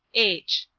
h.